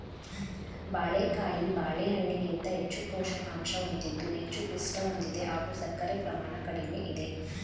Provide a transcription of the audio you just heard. ಬಾಳೆಕಾಯಿ ಬಾಳೆಹಣ್ಣಿಗಿಂತ ಹೆಚ್ಚು ಪೋಷಕಾಂಶ ಹೊಂದಿದ್ದು ಹೆಚ್ಚು ಪಿಷ್ಟ ಹೊಂದಿದೆ ಹಾಗೂ ಸಕ್ಕರೆ ಪ್ರಮಾಣ ಕಡಿಮೆ ಇದೆ